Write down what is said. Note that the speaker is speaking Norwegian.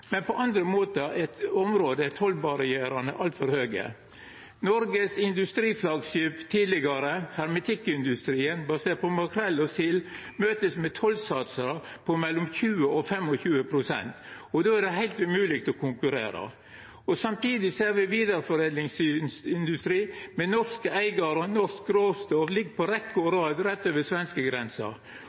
Men på andre område er tollbarrierane altfor høge. Noreg sitt industriflaggskip tidlegare, hermetikkindustrien basert på makrell og sild, vert møtt med tollsatsar på mellom 20 og 25 pst., og då er det heilt umogleg å konkurrera. Samtidig har me ein vidareforedlingsindustri, med norske eigarar og norsk råstoff, som ligg på rekkje og rad rett over svenskegrensa.